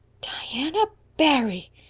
diana barry!